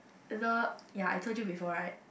the ya I told you before right